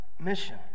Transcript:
mission